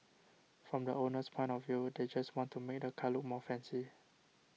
from the owner's point of view they just want to make the car look more fancy